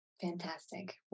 Fantastic